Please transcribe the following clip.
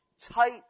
tight